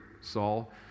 Saul